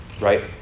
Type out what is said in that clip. right